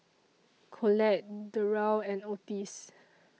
Colette Derl and Otis